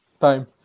time